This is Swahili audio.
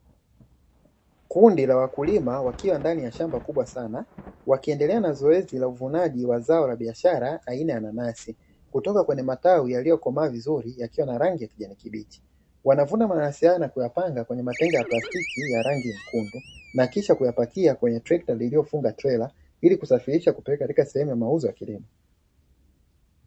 Kundi la wakulima wakiwa ndani ya shamba kubwa sana wakiendelea na zaoezi la uvunaji wa zao la biashara aina ya nanasi kutoka kwenye matawi yaliyokomaa vizuri, yakiwa na rangi ya kijani kibichi wanavuna mananasi haya na kuyapanga kwenye matenga ya plastiki ya rangi nyekundu na kisha kuyapakia kwenye trekta lililofunga trela ilikusafirisha kupeleka katika sehemu ya mauzo ya kilimo.